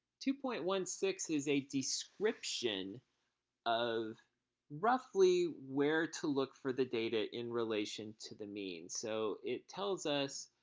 two point one six is a description of roughly where to look for the data in relation to the mean. so it tells us